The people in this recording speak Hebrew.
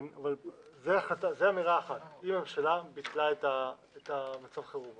זו אמירה אחת, אם הממשלה ביטלה את מצב החירום.